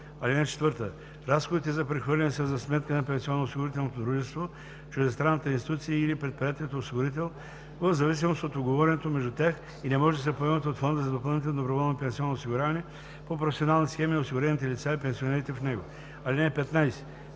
срок. (14) Разходите за прехвърляне са за сметка на пенсионноосигурителното дружество, чуждестранната институция и/или предприятието осигурител в зависимост от уговореното между тях и не може да се поемат от фонда за допълнително доброволно пенсионно осигуряване по професионални схеми и осигурените лица и пенсионерите в него. (15)